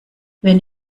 wenn